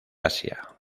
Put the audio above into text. asia